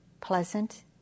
pleasant